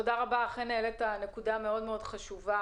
תודה רבה, אכן העלית נקודה מאוד חשובה.